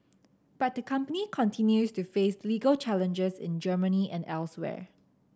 but the company continues to face legal challenges in Germany and elsewhere